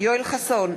יואל חסון,